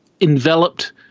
enveloped